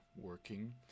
working